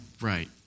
Right